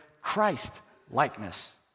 Christ-likeness